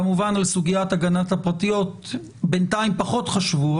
כמובן שעל סוגיית הגנת הפרטיות בינתיים פחות חשבו,